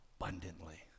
abundantly